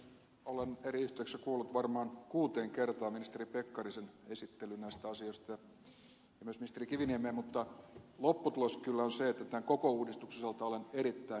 olen eri yhteyksissä kuullut varmaan kuuteen kertaan ministeri pekkarisen esittelyn näistä asioista ja myös ministeri kiviniemeä mutta lopputulos kyllä on se että tämän koko uudistuksen osalta olen erittäin epäileväinen